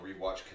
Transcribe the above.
rewatch